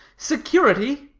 security?